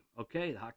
Okay